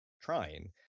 trying